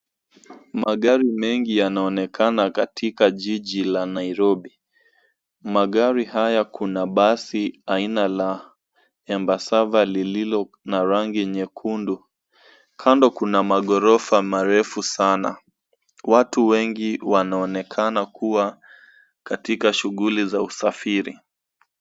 Magari mengi yanaonekana katika jiji la Nairobi. Magari haya, kuna basi aina la Embasava lililo na rangi jekundu. Kando kuna magorofa marefu sana, watu wengi wanaonekana kuwa katika shughuli za usafiri.